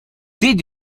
did